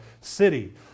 city